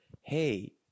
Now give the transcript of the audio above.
hey